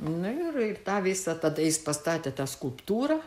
nu ir tą visą tada jis pastatė tą skulptūrą